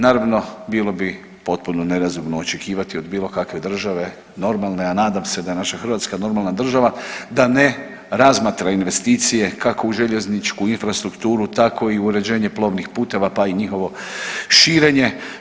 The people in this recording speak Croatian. Naravno bilo bi potpuno nerazumno očekivati od bilo kakve države normalne, a nadam se da je naša Hrvatska normalna država, da ne razmatra investicije kako u željezničku infrastrukturu, tako i uređenje plovnih puteva, pa i njihovo širenje.